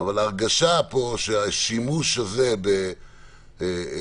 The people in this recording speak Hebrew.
אבל ההרגשה פה - השימוש הזה כביכול,